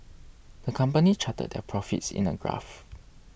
the company charted their profits in a graph